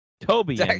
Toby